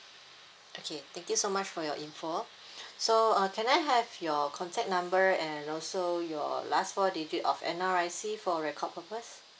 okay thank you so much for your info so uh can I have your contact number and also your last four digit of N_R_I_C for record purpose